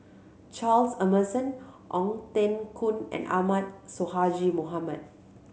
Charles Emmerson Ong Teng Koon and Ahmad Sonhadji Mohamad